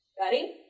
Ready